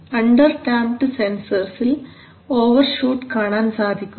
under damped സെൻസർസിൽ overshoot കാണാൻ സാധിക്കുന്നു